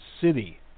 city